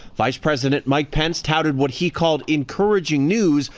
vice president mike pence touted what he called encouraging news.